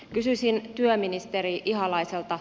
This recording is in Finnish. kysyisin työministeri ihalaiselta